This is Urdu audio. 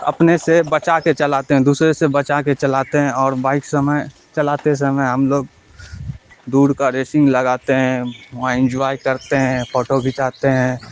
اپنے سے بچا کے چلاتے ہیں دوسرے سے بچا کے چلاتے ہیں اور بائک سمے چلاتے سمے ہم لوگ دور کا ریسنگ لگاتے ہیں وہاں انجوائے کرتے ہیں فوٹو کھنچاتے ہیں